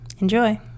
Enjoy